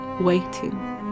Waiting